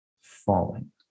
falling